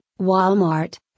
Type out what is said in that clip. Walmart